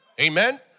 Amen